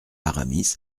aramis